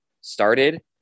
started